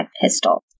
pistol